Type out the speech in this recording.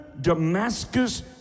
Damascus